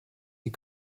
die